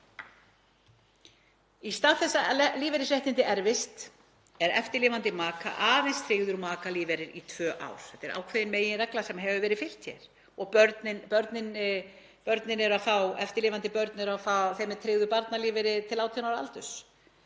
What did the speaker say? Í stað þess að lífeyrisréttindi erfist er eftirlifandi maka aðeins tryggður makalífeyrir í tvö ár. Þetta er ákveðin meginregla sem hefur verið fylgt hér og eftirlifandi börnum er tryggður barnalífeyrir til 18 ára aldurs.